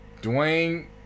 Dwayne